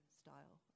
style